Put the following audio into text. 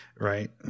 Right